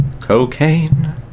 Cocaine